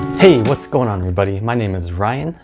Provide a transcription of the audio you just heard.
hey what's going on everybody? my name is ryan,